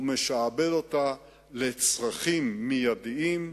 הוא משעבד אותה לצרכים מיידיים.